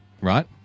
Right